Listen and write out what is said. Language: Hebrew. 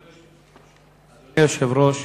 אדוני היושב-ראש,